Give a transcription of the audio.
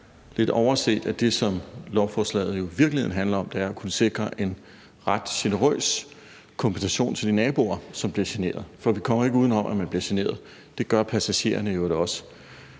har overset, at det, som lovforslaget jo i virkeligheden handler om, er at kunne sikre en ret generøs kompensation til de naboer, som bliver generet. For vi kommer ikke uden om, at man bliver generet; det gør passagererne i øvrigt også.